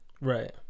Right